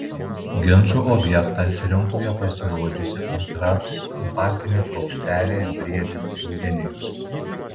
ginčo objektas rinkoje pasirodžiusi antra kompaktinė plokštelė briedis eugenijus